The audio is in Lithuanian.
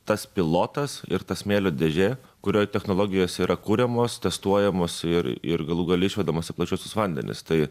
tas pilotas ir ta smėlio dėžė kurioj technologijos yra kuriamos testuojamos ir ir galų gale išvedamos į plačiuosius vandenis tai